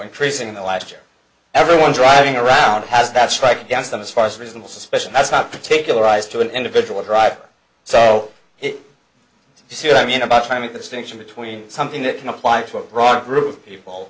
increasing in the last year everyone driving around has that strike against them as far as reasonable suspicion that's not particularize to an individual driver so if you see i mean about time it distinction between something that can apply to a broad group of people